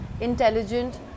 intelligent